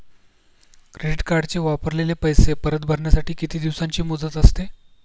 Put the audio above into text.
Credit कार्डचे वापरलेले पैसे परत भरण्यासाठी किती दिवसांची मुदत असते?